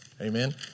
Amen